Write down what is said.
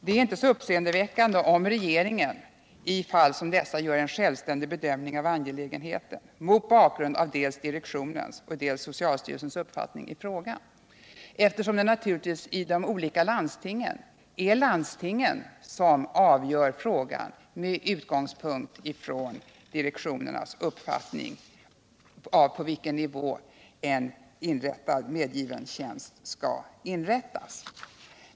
Det är inte så uppseendeväckande om regeringen i fall som dessa gör en självständig bedömning av angelägenheten mot bakgrund av dels direktionens, dels socialstyrelsens uppfattning i frågan, liksom det är de olika landstingen som avgör motsvarande frågor med utgångspunkt i bl.a. direktionernas uppfattning av på vilken nivå en medgiven tjänst skall inrättas.